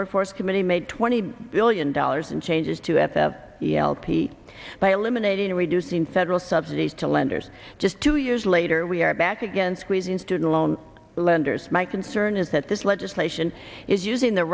workforce committee made twenty billion dollars in changes to f e l p by eliminating or reducing federal subsidies to lenders just two years later we are back again squeezing student loan lenders my concern is that this legislation is using the